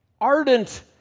ardent